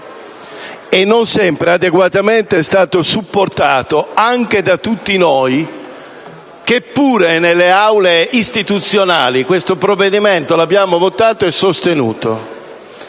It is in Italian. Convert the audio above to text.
non sempre è stato adeguatamente supportato da tutti noi, che - pure - nelle Aule istituzionali questo provvedimento lo abbiamo votato e sostenuto.